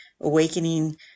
awakening